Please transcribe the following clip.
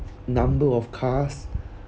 number of case